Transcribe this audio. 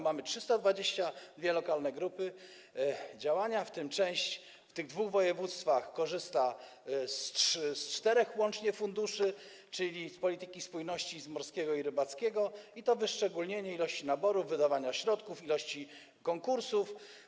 Mamy 322 lokalne grupy działania, w tym część w tych dwóch województwach korzysta łącznie z czterech funduszy, czyli z polityki spójności, z morskiego i rybackiego, i to wyszczególnienie co do ilości naborów, wydawania środków, ilości konkursów.